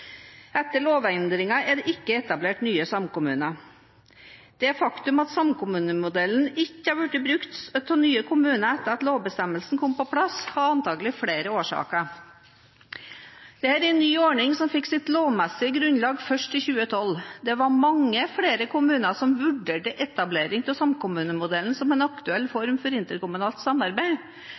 Etter lovendringene er det ikke etablert nye samkommuner. Det faktum at samkommunemodellen ikke har blitt brukt av nye kommuner etter at lovbestemmelsen kom på plass, har antakelig flere årsaker. Dette er en ny ordning, som fikk sitt lovmessige grunnlag først i 2012. Det var mange flere kommuner som vurderte etablering av samkommunemodellen som en aktuell form for interkommunalt samarbeid,